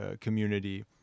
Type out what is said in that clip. community